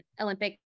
Olympic